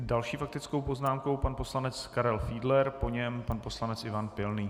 S další faktickou poznámkou pan poslanec Karel Fiedler, po něm pan poslanec Ivan Pilný.